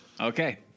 Okay